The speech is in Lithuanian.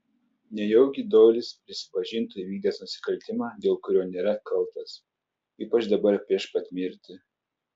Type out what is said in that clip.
nejaugi doilis prisipažintų įvykdęs nusikaltimą dėl kurio nėra kaltas ypač dabar prieš pat mirtį